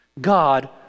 god